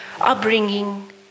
upbringing